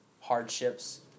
hardships